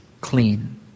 clean